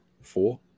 Four